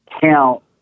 count